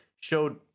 showed